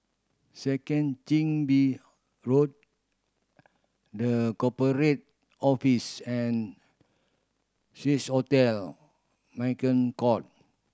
Second Chin Bee Road The Corporate Office and hotel Merchant Court